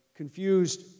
Confused